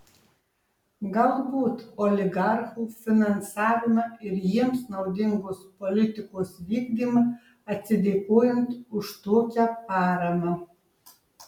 galbūt oligarchų finansavimą ir jiems naudingos politikos vykdymą atsidėkojant už tokią paramą